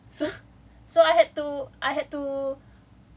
mm so so I had to I had to